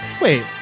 wait